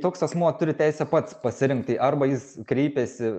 toks asmuo turi teisę pats pasirinkti arba jis kreipiasi